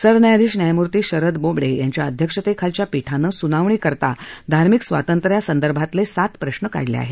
सरन्यायाधीश न्यायमूर्ती शरद बाबडे यांच्या अध्यक्षतेखालच्या पीठानं सुनावणीकरता धार्मिक स्वातंत्र्यासंदर्भातले सात प्रश्न काढले आहेत